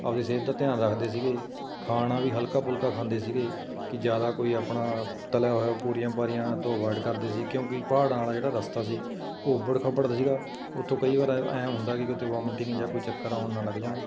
ਆਪਦੀ ਸਿਹਤ ਦਾ ਧਿਆਨ ਰੱਖਦੇ ਸੀਗੇ ਖਾਣਾ ਵੀ ਹਲਕਾ ਫੁਲਕਾ ਖਾਂਦੇ ਸੀਗੇ ਕਿ ਜ਼ਿਆਦਾ ਕੋਈ ਆਪਣਾ ਤਲਿਆ ਹੋਇਆ ਪੂਰੀਆਂ ਪਾਰੀਆਂ ਤੋਂ ਅਵਾਈਡ ਕਰਦੇ ਸੀ ਕਿਉਂਕਿ ਪਹਾੜਾਂ ਵਾਲਾ ਜਿਹੜਾ ਰਸਤਾ ਸੀ ਉਬੜ ਖਾਬੜ ਦਾ ਸੀਗਾ ਉੱਥੋਂ ਕਈ ਵਾਰ ਐਂ ਹੁੰਦਾ ਕਿ ਕਿਤੇ ਵੋਮਟਿੰਗ ਜਾਂ ਕੋਈ ਚੱਕਰ ਆਉਣ ਨਾ ਲੱਗ ਜਾਣ